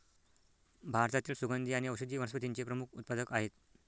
भारतातील सुगंधी आणि औषधी वनस्पतींचे प्रमुख उत्पादक आहेत